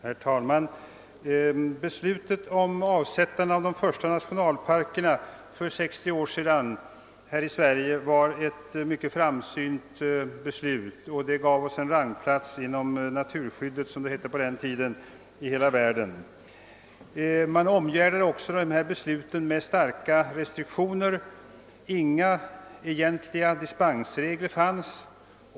Herr talman! Beslutet om avsättande av områden till de första nationalparkerna i Sverige för 60 år sedan var ett mycket framsynt beslut och gav oss en rangplats inom naturskyddet i hela världen. Man omgärdade också detta beslut med starka restriktioner. Inga egentliga dispensregler fanns.